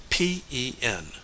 pen